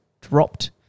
dropped